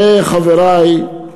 הרי, חברי,